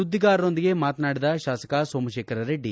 ಸುದ್ದಿಗಾರರೊಂದಿಗೆ ಮಾತನಾಡಿದ ಶಾಸಕ ಸೋಮಶೇಖರರೆಡ್ಡಿ